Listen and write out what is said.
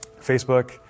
Facebook